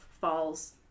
falls